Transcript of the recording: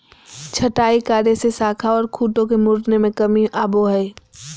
छंटाई कार्य से शाखा ओर खूंटों के मुड़ने में कमी आवो हइ